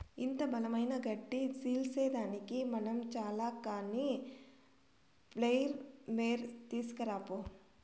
ఇంత బలమైన గడ్డి సీల్సేదానికి మనం చాల కానీ ప్లెయిర్ మోర్ తీస్కరా పో